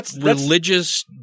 religious